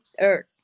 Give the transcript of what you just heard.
earth